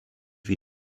wie